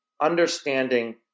understanding